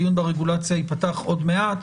הדיון ברגולציה ייפתח עוד מעט.